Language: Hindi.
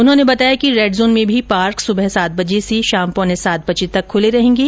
उन्होंने बताया कि रेड जोन में भी पार्क सुबह सात बजे से शाम पौने सात बजे तक खूले रहेंगे